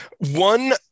One